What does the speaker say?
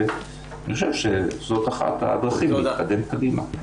אני חושב שזו אחת הדרכים להתקדם קדימה.